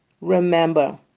remember